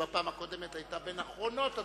שבפעם הקודמת היתה בין אחרוני הדוברים,